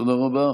תודה רבה.